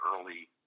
early